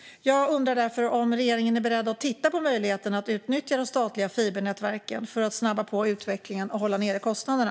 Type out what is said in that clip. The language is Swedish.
Jag undrar därför om regeringen är beredd att titta på möjligheten att utnyttja de statliga fibernätverken för att snabba på utvecklingen och hålla nere kostnaderna.